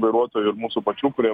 vairuotojų ir mūsų pačių kurie